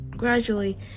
Gradually